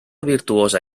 virtuosa